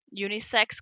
unisex